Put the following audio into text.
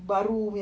(uh huh)